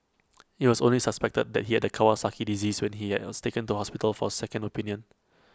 IT was only suspected that he had Kawasaki disease when he has taken to hospital for A second opinion